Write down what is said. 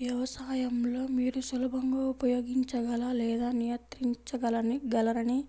వ్యవసాయం లో మీరు సులభంగా ఉపయోగించగల లేదా నియంత్రించగలరని